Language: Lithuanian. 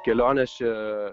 kelionės čia